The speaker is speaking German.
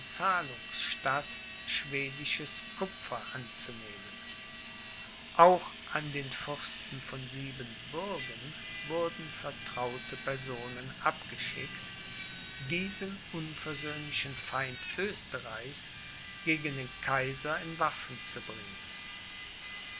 zahlungs statt schwedisches kupfer anzunehmen auch an den fürsten von siebenbürgen wurden vertraute personen abgeschickt diesen unversöhnlichen feind oesterreichs gegen den kaiser in waffen zu bringen